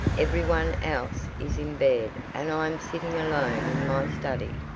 every one else is in bed and i am sitting alone in my study.